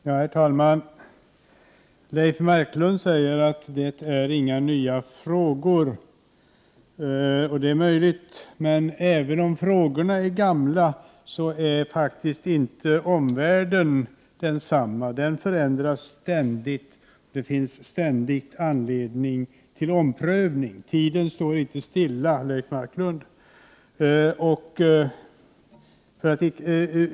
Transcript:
Herr talman! Leif Marklund säger att det inte finns några nya frågor, och det är möjligt, men även om frågorna är gamla är faktiskt inte omvärlden densamma som tidigare. Den förändras fortlöpande. Det finns ständigt anledning till omprövning. Tiden står inte stilla, Leif Marklund.